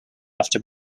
after